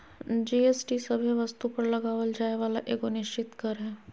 GST सभे वस्तु पर लगावल जाय वाला एगो निश्चित कर हय